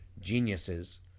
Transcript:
geniuses